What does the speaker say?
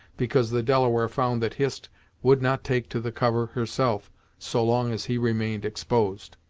because the delaware found that hist would not take to the cover herself so long as he remained exposed.